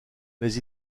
mais